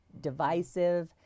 divisive